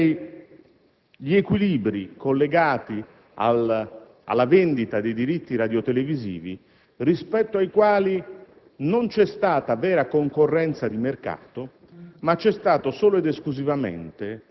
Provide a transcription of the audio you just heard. e, al tempo stesso, gli equilibri collegati alla vendita di diritti radiotelevisivi, rispetto ai quali non c'è stata vera concorrenza di mercato,